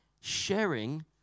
sharing